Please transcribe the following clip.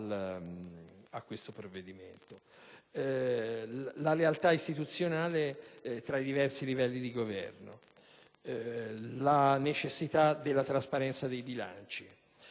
la lealtà istituzionale tra i diversi livelli di governo, la necessità della trasparenza dei bilanci,